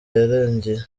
yarangiye